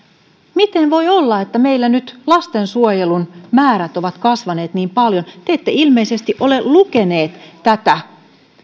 miten voi olla että meillä nyt lastensuojelun määrät ovat kasvaneet niin paljon te te ette ilmeisesti ole lukenut tätä